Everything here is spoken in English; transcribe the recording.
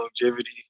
Longevity